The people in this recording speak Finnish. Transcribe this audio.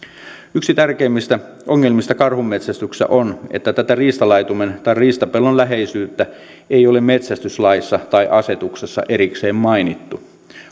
yksi tärkeimmistä ongelmista karhunmetsästyksessä on että tätä riistalaitumen tai riistapellon läheisyyttä ei ole metsästyslaissa tai asetuksessa erikseen rajattu